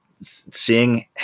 seeing